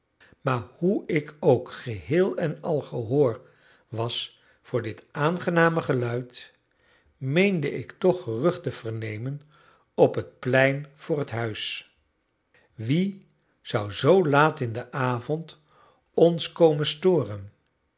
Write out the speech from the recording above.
maar hoe ik ook geheel-en-al gehoor was voor dit aangename geluid meende ik toch gerucht te vernemen op het plein voor het huis wie zou zoo laat in den avond ons komen storen